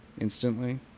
instantly